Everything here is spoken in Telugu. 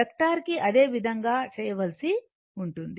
వెక్టార్ కి అదే విధంగా చేయవలసి ఉంటుంది